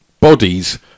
bodies